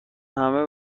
همه